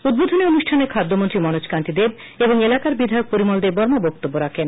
উদ্বোধনী অনুষ্ঠানে খাদ্যমন্ত্রী মনোজ কান্তি দেব ও এলাকার বিধায়ক পরিমল দেববর্মা বক্তব্য রাখেন